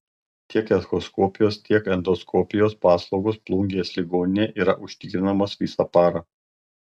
tiek echoskopijos tiek endoskopijos paslaugos plungės ligoninėje yra užtikrinamos visą parą